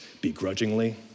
Begrudgingly